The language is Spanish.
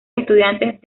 estudiantes